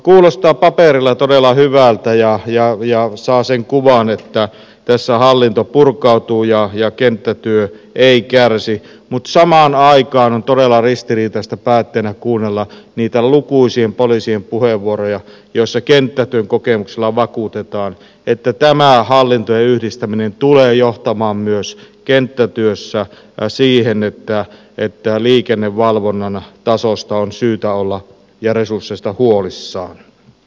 kuulostaa paperilla todella hyvältä ja saa sen kuvan että tässä hallinto purkautuu ja kenttätyö ei kärsi mutta samaan aikaan on todella ristiriitaista päättäjänä kuunnella niitä lukuisien poliisien puheenvuoroja joissa kenttätyön kokemuksella vakuutetaan että tämä hallintojen yhdistäminen tulee johtamaan myös kenttätyössä siihen että liikennevalvonnan tasosta ja resursseista on syytä olla huolissaan